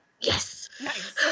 yes